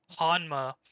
Hanma